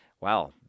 Wow